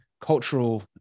cultural